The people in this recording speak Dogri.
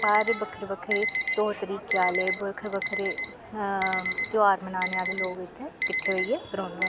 सारे बक्खरे बक्खरे तौर तरीके आह्ले बक्खरे बक्खरे ध्यार बनाने आह्ले लोग इत्थै किट्ठे होईयै रौंह्दे न